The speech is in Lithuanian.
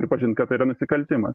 pripažint kad tai yra nusikaltimas